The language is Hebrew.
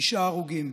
תשעה הרוגים.